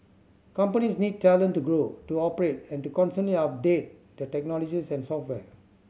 companies need talent to grow to operate and to constantly update their technologies and software